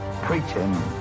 preaching